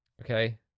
okay